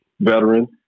veteran